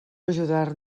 ajudar